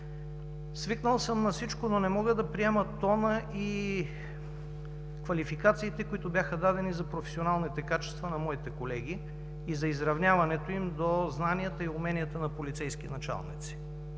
Свикнал съм на всичко, но не мога да приема тона и квалификациите, които бяха дадени за професионалните качества на моите колеги и за изравняването им до знанията и уменията на полицейски началници.